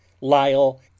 Lyle